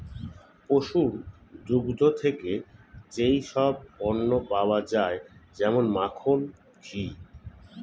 পশুর দুগ্ধ থেকে যেই সব পণ্য পাওয়া যায় যেমন মাখন, ঘি